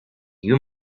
you